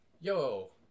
yo